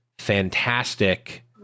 fantastic